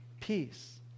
peace